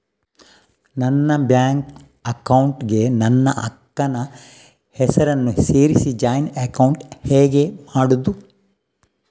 ನನ್ನ bank account ಗೆ ನನ್ನ ಅಕ್ಕ ನ ಹೆಸರನ್ನ ಸೇರಿಸಿ ಜಾಯಿನ್ ಅಕೌಂಟ್ ಹೇಗೆ ಮಾಡುದು?